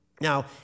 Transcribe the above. now